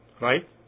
Right